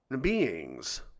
beings